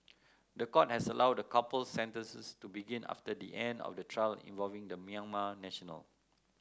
the court has allowed the couple's sentences to begin after the end of the trial involving the Myanmar national